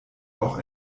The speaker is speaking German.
auch